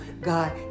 god